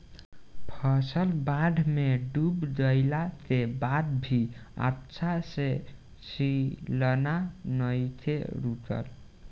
फसल बाढ़ में डूब गइला के बाद भी अच्छा से खिलना नइखे रुकल